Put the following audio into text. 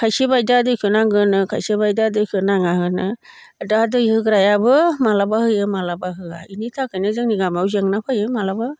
खायसे बायदिया दैखो नांगौ होनो खायसे बायदिया दैखो नाङा होनो दा दै होग्रायाबो माब्लाबा होयो माब्लाबा होआ बेनि थाखायनो जोंनि गामियाव जेंना फैयो माब्लाबा